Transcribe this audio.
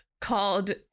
called